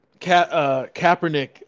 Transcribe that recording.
Kaepernick